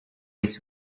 his